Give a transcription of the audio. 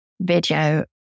video